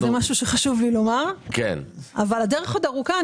אני מסכימה שהדרך עוד ארוכה.